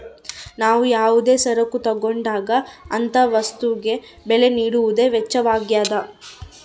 ನಾವು ಯಾವುದೇ ಸರಕು ತಗೊಂಡಾಗ ಅಂತ ವಸ್ತುಗೆ ಬೆಲೆ ನೀಡುವುದೇ ವೆಚ್ಚವಾಗ್ಯದ